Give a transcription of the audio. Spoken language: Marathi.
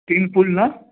तीन फुल ना